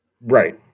Right